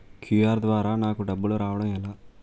QR ద్వారా నాకు డబ్బులు రావడం ఎలా?